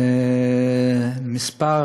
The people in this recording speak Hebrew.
מספר